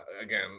again